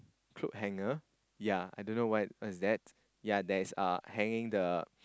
coat hanger ya I don't know what what is that yea that's uh hanging the